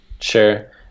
sure